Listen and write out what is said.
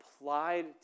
applied